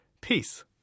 peace